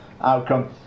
outcome